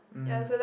mm